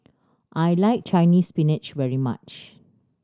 I like Chinese Spinach very much